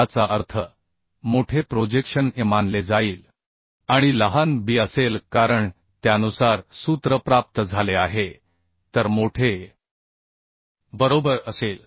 याचा अर्थ मोठे प्रोजेक्शन A मानले जाईल आणि लहान B असेल कारण त्यानुसार सूत्र प्राप्त झाले आहे तर मोठे Aबरोबर असेल